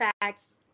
fats